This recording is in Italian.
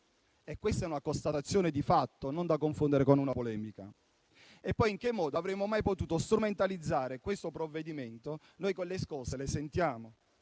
Questa è una constatazione di fatto, da non confondere con una polemica. In che modo poi avremmo mai potuto strumentalizzare questo provvedimento? Noi quelle scosse le avvertiamo